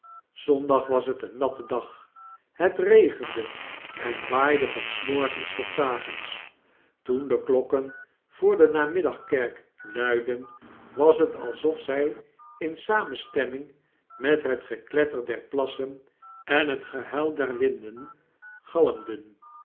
was het een natte dag het regende en waaide van s morgens tot s avonds toen de klokken voor de namiddagkerkluidden was het alsof zy in samenstemming met het gekletter der plassen en het gehuilderwindengalmden zy